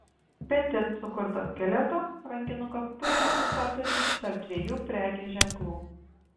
petit sukurtas skeleto rankinukas puikiai pristato ryšį tarp dviejų prekės ženklų